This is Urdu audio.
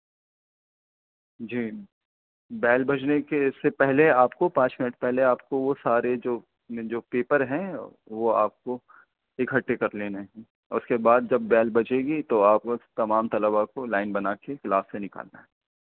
جی بیل بجنے کے سے پہلے آپ کو پانچ منٹ پہلے آپ کو وہ سارے جو جو پیپر ہیں وہ آپ کو اکٹھے کر لینے ہیں اس کے بعد جب بیل بجے گی تو آپ اس تمام طلبہ کو لائن بنا کے کلاس سے نکالنا ہے